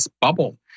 bubble